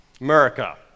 America